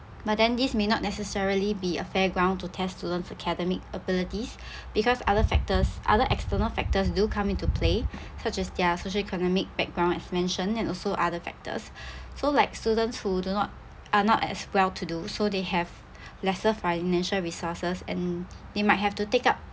but then this may not necessarily be a fair ground to test student's academic abilities because other factors other external factors do come into play such as their socio-economic background as mentioned and also other factors so like students who do not are not as well to do so they have lesser financial resources and they might have to take up